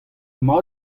mat